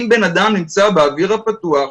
אם בן אדם נמצא באוויר הפתוח,